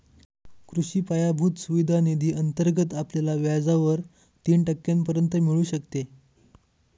कृषी पायाभूत सुविधा निधी अंतर्गत आपल्याला व्याजावर तीन टक्क्यांपर्यंत मिळू शकते